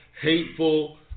hateful